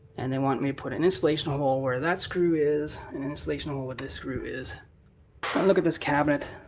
and they want me to put an installation hole where that screw is, and an installation hole where this screw is. i look at this cabinet.